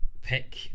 pick